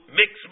mix